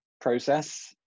process